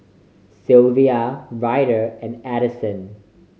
Silvia Ryder and Adyson